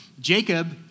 Jacob